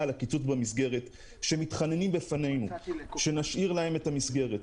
על הקיצוץ במסגרת שמתחננים בפנינו שנשאיר להם את המסגרת,